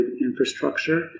infrastructure